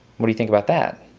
what do you think about that?